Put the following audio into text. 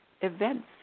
events